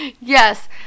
Yes